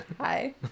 Hi